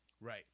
Right